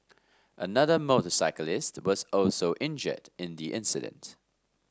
another motorcyclist was also injured in the incident